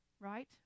right